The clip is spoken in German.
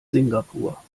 singapur